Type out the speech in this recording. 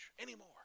anymore